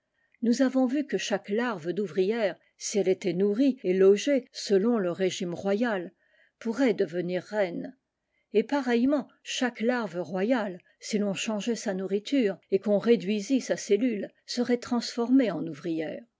nous avons vu que chaque larve d'ouvrière si elle était nourrie et logée selon le régime royal pourrait devenir reine et pareillement chaque larve royale si l'on changeait sa nourriture et qu'on réduisit sa cellule serait transformée en ouvrière